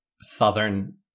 Southern